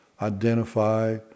identify